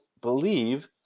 believe